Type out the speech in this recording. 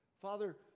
Father